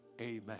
Amen